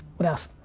what else?